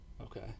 Okay